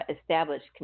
established